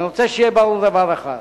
אני רוצה שיהיה ברור דבר אחד: